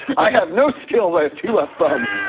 i have no skills, i have two left thumbs.